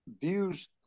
views